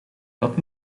dat